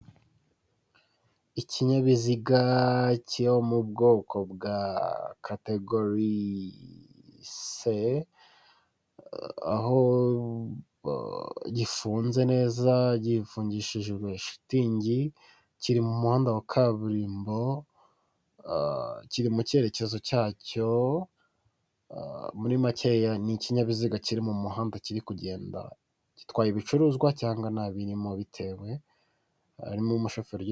Ikinyabiziga kiri mu bwoko bwa kategori se, aho gifunze neza gifungishijwe shitingi, kiri mu muhanda wa kaburimbo kiri mu cyerekezo cyacyo, muri makeya ni ikinyabiziga kiri mu muhanda kiri kugenda gitwaye ibicuruzwa cyangwa ntabirimo bitewe n'umushoferi ugitwaye.